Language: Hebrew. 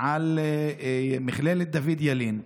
על מכללת דוד ילין,